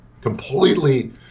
completely